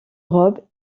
robe